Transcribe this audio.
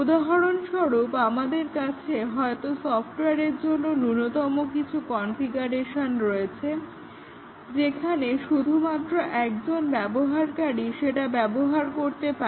উদাহরণ স্বরূপ আমাদের কাছে হয়তো সফটওয়্যারের জন্য ন্যূনতম কিছু কনফিগারেশন রয়েছে যেখানে শুধুমাত্র একজন ব্যবহারকারী সেটি ব্যবহার করতে পারে